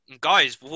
guys